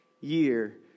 year